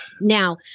Now